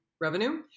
revenue